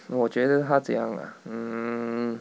我觉得他怎样啊 mm